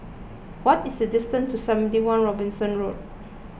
what is the distance to seventy one Robinson Road